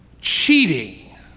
cheating